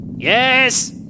Yes